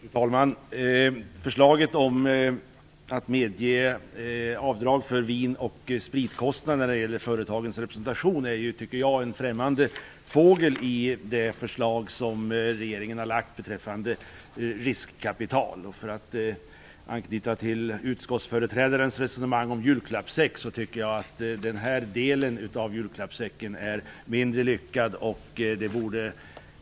Fru talman! Förslaget om att medge avdrag för vin och spritkostnader i samband med företagens representation är en främmande fågel i det förslag som regeringen har lagt fram beträffande riskkapital. För att anknyta till utskottsföreträdarens resonemang om julklappssäck tycker jag att den här delen av julklappssäcken är mindre lyckad.